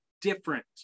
different